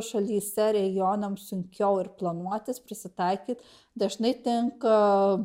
šalyse regionam sunkiau ir planuotis prisitaikyt dažnai tenka